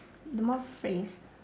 the more phrase